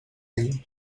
dia